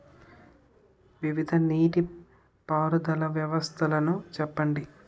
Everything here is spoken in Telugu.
వివిధ నీటి పారుదల వ్యవస్థలను చెప్పండి?